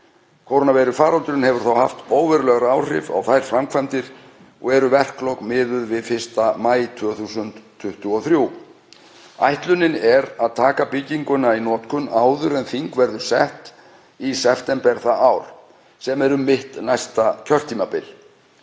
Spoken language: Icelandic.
Kórónuveirufaraldurinn hefur þó haft óveruleg áhrif á þær framkvæmdir og eru verklok miðuð við 1. maí 2023. Ætlunin er að taka bygginguna í notkun áður en þing verður sett í september það ár, sem er um mitt næsta kjörtímabil.